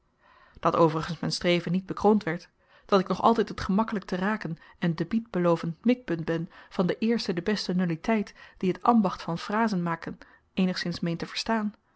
dat overigens m'n streven niet bekroond werd dat ik nog altyd het gemakkelyk te raken en debiet belovend mikpunt ben van de eerste de beste nulliteit die t ambacht van frazenmaken eenigszins meent te verstaan al